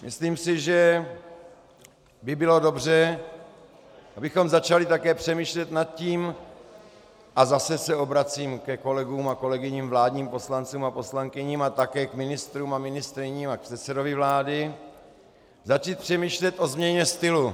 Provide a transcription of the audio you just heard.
Myslím si, že by bylo dobře, abychom začali také přemýšlet nad tím, a zase se obracím ke kolegům a kolegyním vládním poslancům a poslankyním a také k ministrům a ministryním a k předsedovi vlády, začít přemýšlet o změně stylu.